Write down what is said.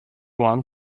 one